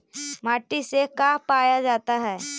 माटी से का पाया जाता है?